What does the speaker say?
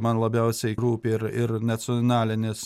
man labiausiai rūpi ir ir nacionalinės